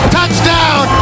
Touchdown